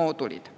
moodulid.